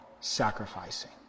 sacrificing